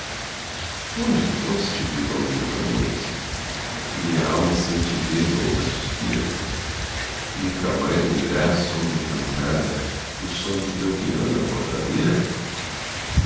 onde foste visão dos meus amores minhalma sem te ver louca suspira nunca mais unirás sombra encantada o som do teu piano à voz da lira